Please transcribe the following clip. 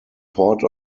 port